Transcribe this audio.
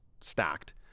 stacked